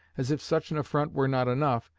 as if such an affront were not enough,